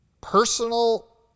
personal